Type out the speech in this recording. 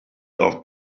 off